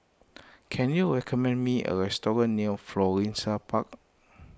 can you recommend me a restaurant near Florissa Park